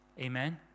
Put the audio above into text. Amen